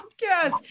Yes